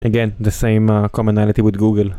עוד פעם, את השאלה הזאת עם גוגל.